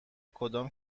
کدام